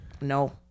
No